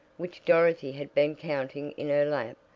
which dorothy had been counting in her lap,